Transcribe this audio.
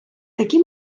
такі